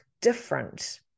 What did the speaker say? different